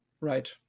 Right